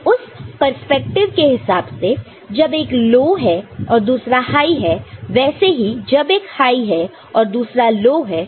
तो उस पर्सपेक्टिव के हिसाब से जब एक लो है और दूसरा हाई है वैसे ही जब एक हाई है तो दूसरा लो है